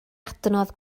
adnodd